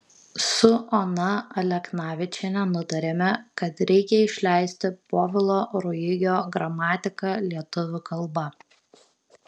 su ona aleknavičiene nutarėme kad reikia išleisti povilo ruigio gramatiką lietuvių kalba